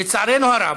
לצערנו הרב,